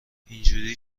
اینجوری